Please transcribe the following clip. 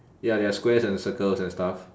ya there are squares and circles and stuff